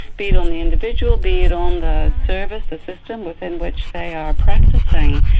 be it on the individual, be it on the service, the system within which they are practising.